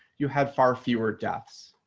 you have far fewer deaths.